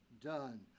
done